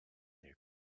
their